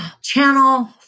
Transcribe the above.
Channel